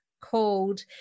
called